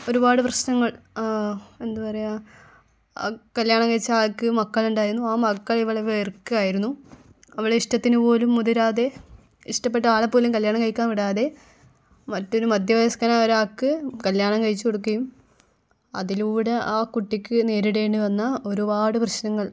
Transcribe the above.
ഒരുപാട് പ്രശ്നങ്ങൾ എന്താ പറയുക കല്ല്യാണം കഴിച്ച ആൾക്ക് മക്കൾ ഉണ്ടായിരുന്നു ആ മക്കൾ ഇവളെ വെറുക്കുകയായിരുന്നു അവളെ ഇഷ്ടത്തിന് പോലും മുതിരാതെ ഇഷ്ടപ്പെട്ട ആളെ പോലും കല്ല്യാണം കഴിക്കാൻ വിടാതെ മറ്റൊരു മധ്യവയസ്കനായ ഒരാൾക്ക് കല്ല്യാണം കഴിച്ചു കൊടുക്കുകയും അതിലൂടെ ആ കുട്ടിക്ക് നേരിടേണ്ടി വന്ന ഒരുപാട് പ്രശ്നങ്ങൾ